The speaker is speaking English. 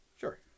Sure